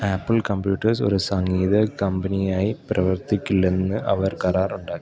apple computers ഒരു സംഗീത കമ്പനിയായി പ്രവർത്തിക്കില്ലെന്ന് അവർ കരാറുണ്ടാക്കി